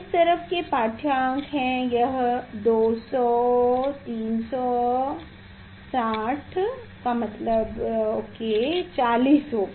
इस तरफ के पाठ्यांक है यह 200 फिर 300 है तो 60 का मतलब है यह 40 होगा